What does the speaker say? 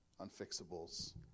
unfixables